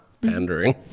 Pandering